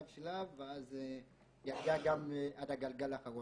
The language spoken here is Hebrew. הארצית אמרתי אני עובר שלב שלב ואז יצא גם עד הגלגל האחרון.